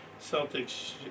Celtics